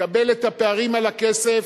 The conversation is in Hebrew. מקבל את הפערים על הכסף,